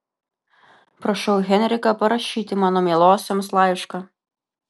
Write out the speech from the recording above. prašau henriką parašyti mano mielosioms laišką